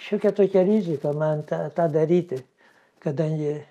šiokia tokia rizika man tą tą daryti kadangi